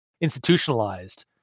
institutionalized